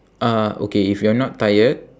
uh okay if you are not tired